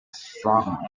strong